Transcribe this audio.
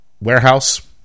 warehouse